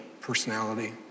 personality